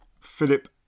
Philip